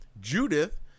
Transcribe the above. judith